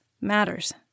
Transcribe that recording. matters